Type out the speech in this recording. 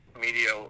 media